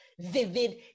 vivid